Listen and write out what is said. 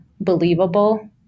believable